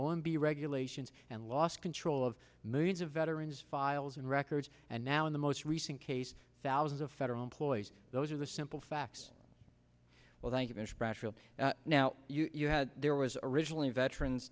b regulations and lost control of millions of veterans files and records and now in the most recent case thousands of federal employees those are the simple facts well that you mention now you had there was originally veterans